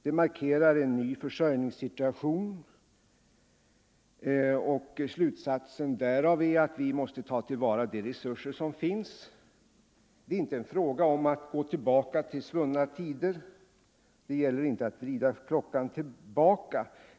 Den markerar en ny försörjningssituation, och slutsatsen därav är att vi måste ta till vara de resurser som finns. Det är inte en fråga om att gå tillbaka till svunna tider. Det gäller inte att vrida klockan tillbaka.